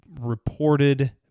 reported